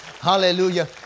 Hallelujah